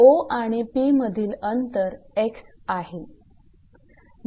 𝑂 आणि 𝑃 मधील अंतर 𝑥 आहे